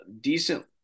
decent